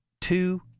two